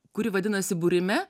kuri vadinasi būrime